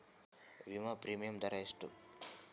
ವಿಮಾ ಪ್ರೀಮಿಯಮ್ ದರಾ ಎಷ್ಟು?